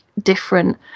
different